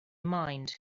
mind